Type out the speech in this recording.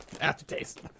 Aftertaste